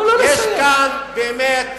יש כאן באמת,